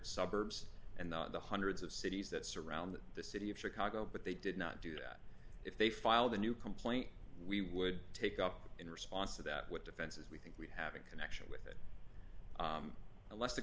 suburbs and the hundreds of cities that surround the city of chicago but they did not do that if they filed a new complaint we would take up in response to that with defenses we think we have a connection with it unless